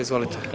Izvolite.